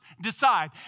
decide